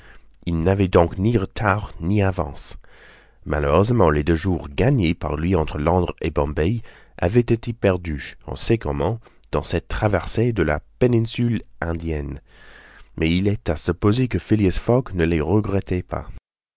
il n'avait donc ni retard ni avance malheureusement les deux jours gagnés par lui entre londres et bombay avaient été perdus on sait comment dans cette traversée de la péninsule indienne mais il est à supposer que phileas fogg ne les regrettait pas